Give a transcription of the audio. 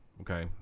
okay